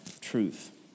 truth